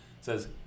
says